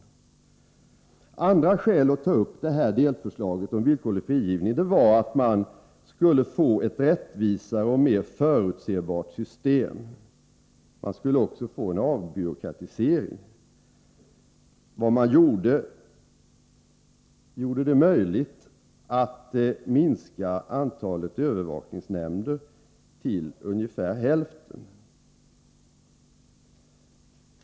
Ett annat skäl att ta upp delförslaget om villkorlig frigivning var att man skulle få ett rättvisare och mer förutsebart system. Man skulle dessutom få en avbyråkratisering; det blev möjligt att minska antalet övervakningsnämnder till ungefär hälften.